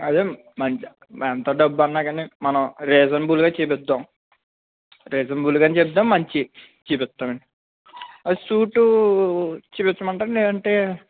అదే మంచి ఎంత డబ్బు అన్నా కానీ మనం రీజన్బుల్గా చూపిద్దాము రీజన్బుల్ గానే చెబుతాము మంచివి చూపిద్దాము అండి సూట్ చూపించమని అంటారా లేదు అంటే